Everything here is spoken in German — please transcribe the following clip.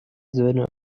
söhne